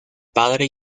padre